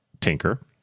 tinker